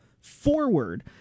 forward